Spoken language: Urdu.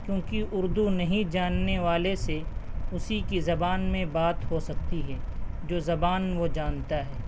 کیونکہ اردو نہیں جاننے والے سے اسی کی زبان میں بات ہو سکتی ہے جو زبان وہ جانتا ہے